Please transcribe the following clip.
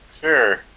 Sure